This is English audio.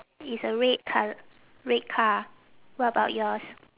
it's a red col~ red car what about yours